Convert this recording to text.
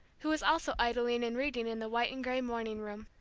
who was also idling and reading in the white-and-gray morning room.